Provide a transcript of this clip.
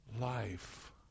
life